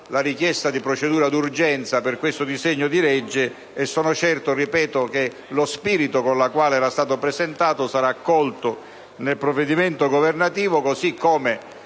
Grazie,